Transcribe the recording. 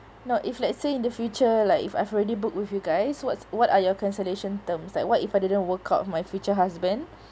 no if let's say in the future like if I've already booked with you guys what's what are your cancellation terms like what if I didn't work out with my future husband